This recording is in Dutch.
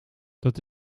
dat